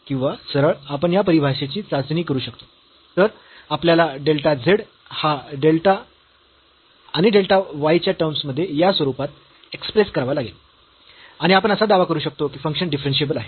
किंवा सरळ आपण या परिभाषेची चाचणी करू शकतो तर आपल्याला डेल्टा z हा डेल्टा आणि डेल्टा y च्या टर्म्स मध्ये या स्वरूपात एक्स्प्रेस करावा लागेल आणि आपण असा दावा करू शकतो की फंक्शन डिफरन्शियेबल आहे